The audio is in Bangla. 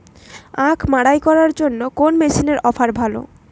আখ মাড়াই করার জন্য কোন মেশিনের অফার ভালো?